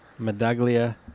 Medaglia